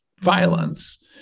violence